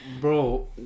bro